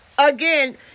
Again